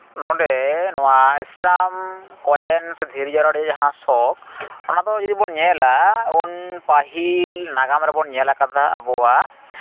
ᱱᱚᱰᱮ ᱱᱚᱣᱟ ᱥᱴᱟᱢ ᱠᱚᱭᱮᱱ ᱥᱮ ᱫᱷᱤᱨᱤ ᱡᱟᱣᱨᱟ ᱨᱮᱭᱟᱜ ᱡᱟᱦᱟᱸ ᱥᱚᱠ ᱚᱱᱟᱫᱚ ᱡᱩᱫᱤᱵᱚᱱ ᱧᱮᱞᱟ ᱩᱱ ᱯᱟᱹᱦᱤᱞ ᱱᱟᱜᱟᱢ ᱨᱮᱵᱚᱱ ᱧᱮᱞ ᱟᱠᱟᱫᱟ ᱟᱵᱚᱣᱟᱜ